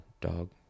dog